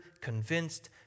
convinced